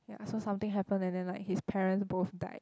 ya so something happened and then like his parents both died